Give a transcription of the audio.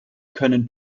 können